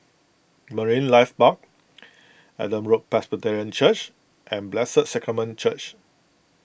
Marine Life Park Adam Road Presbyterian Church and Blessed Sacrament Church